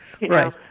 Right